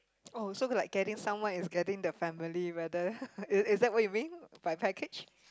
oh so like getting someone is getting the family whether is is that what you mean by package